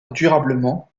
durablement